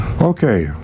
Okay